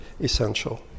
essential